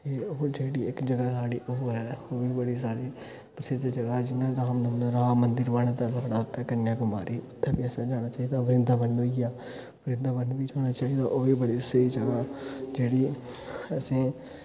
ते ओह् जेह्ड़ी इक जगह् ऐ साढ़ी ओह् ऐ ओह् बी बड़ी साढ़ी प्रसिद्ध जगह ऐ जियां राम मंदिर राम मंदिर बना दा साढ़ा उत्थें कन्याकुमारी उत्थें बी असें जाना चाहिदा बृंदाबन होई गेआ बृंदाबन बी जाना चाहिदा ओह् बी बड़ी स्हेई जगह जेह्ड़ी असें